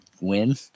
win